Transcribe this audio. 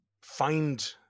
find